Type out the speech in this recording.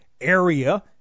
area